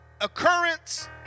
occurrence